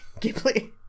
Ghibli